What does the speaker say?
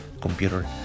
computer